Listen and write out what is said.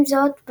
עם זאת,